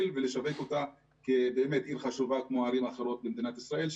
ולשווק אותה כעיר חשובה כמו ערים אחרות במדינת ישראל,